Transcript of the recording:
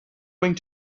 going